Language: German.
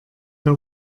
der